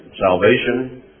salvation